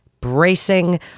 bracing